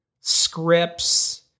scripts